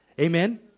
Amen